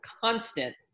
constant